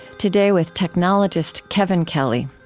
today, with technologist kevin kelly.